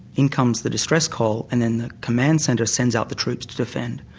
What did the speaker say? in comes the distress call and then the command centre sends out the troops to defend.